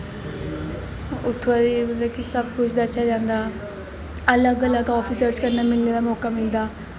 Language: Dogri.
उ'त्थें मतलब कि सब कुछ दस्सेआ जंदा अलग अलग ऑफिसर कन्नै मिलने दा मौका मिलदा